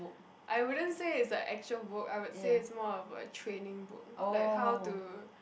I wouldn't say it's a actual book I would say it's more of a training book like how to